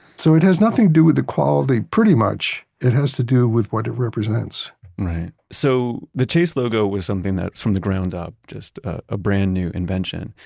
so it has nothing to do with the quality. pretty much it has to do with what it represents right. so the chase logo was something that's from the ground up, just a brand new invention.